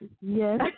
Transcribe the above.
Yes